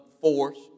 force